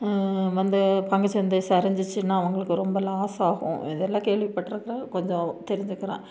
வந்து பங்குச் சந்தை சரிஞ்சிச்சின்னால் அவங்களுக்கு ரொம்ப லாஸ் ஆகும் இதெல்லாம் கேள்விப்பட்ருக்கிறேன் கொஞ்சம் தெரிஞ்சிக்கிறேன்